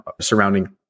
surrounding